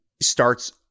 starts